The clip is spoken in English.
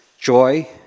Joy